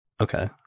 Okay